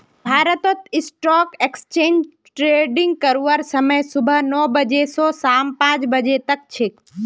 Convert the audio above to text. भारतत stock exchange trading करवार समय सुबह नौ बजे स शाम पांच बजे तक छेक